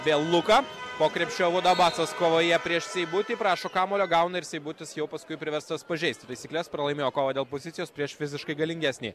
vėl luka po krepšiu abudu abasas kovoje prieš seibutį prašo kamuolio gauna ir seibutis jau paskui priverstas pažeisti taisykles pralaimėjo kovą dėl pozicijos prieš fiziškai galingesnį